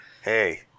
Hey